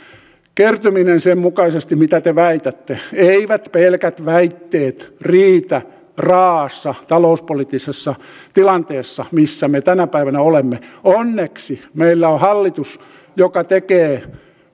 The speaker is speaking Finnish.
kertyminen sen mukaisesti mitä te väitätte eivät pelkät väitteet riitä raaassa talouspoliittisessa tilanteessa missä me tänä päivänä olemme onneksi meillä on hallitus joka tekee